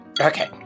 Okay